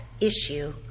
issue